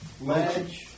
Ledge